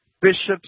bishops